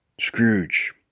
Scrooge